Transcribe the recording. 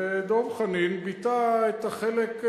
דב חנין ביטא את החלק,